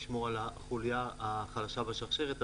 לשמור על החוליה החלשה בשרשרת.